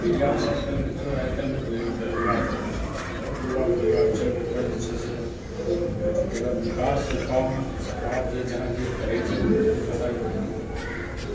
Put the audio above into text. मिडियामे सभसँ पहिले देखियौ आइकाल्हि लोग बेरोजगार बहुत छथि बहुत युवा बेरोजगार छै ओहिपर जे छै से की होइत छै ताहिके बाद विकासके काम सरकार जे जेना कहैत छै ओहि मुताबिक होइत नहि छै